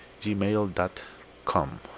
gmail.com